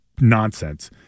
nonsense